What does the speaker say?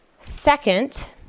Second